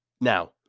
Now